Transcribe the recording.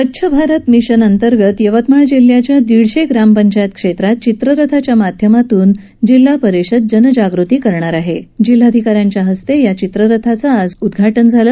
स्वच्छ भारत मिशन अंतर्गत यवतमाळ जिल्ह्याच्या दीडशे ग्रामपंचायत क्षेत्रात चित्ररथाच्या माध्यमातून जिल्हा परिषद जाणीवजागृती करणार असून जिल्हाधिकाऱ्यांच्या हस्ते या चित्ररथाचं उदघाटन झालं